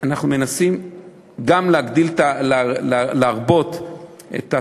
אנחנו מנסים גם להרבות את התחרות,